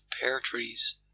pear-trees